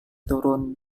turun